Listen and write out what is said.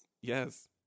yes